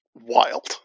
Wild